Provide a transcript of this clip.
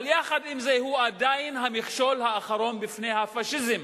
אבל יחד עם זה הוא עדיין המכשול האחרון בפני הפאשיזם